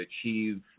achieve